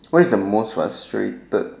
what's the most frustrated that